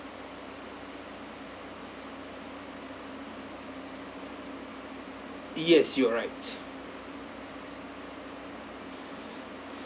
yes you're right